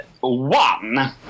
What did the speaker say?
one